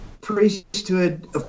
priesthood